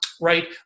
right